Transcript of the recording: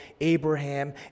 Abraham